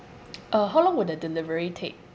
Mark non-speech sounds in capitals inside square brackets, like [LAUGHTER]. [NOISE] uh how long will the delivery take